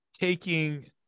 taking